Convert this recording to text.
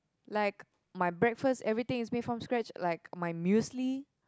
like my breakfast everything is made from scratch like my muesli